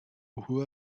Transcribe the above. who